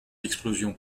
explosion